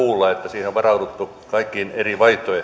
on varauduttu kaikkiin eri vaihtoehtoihin